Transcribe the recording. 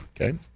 Okay